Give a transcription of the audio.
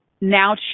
now